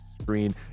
screen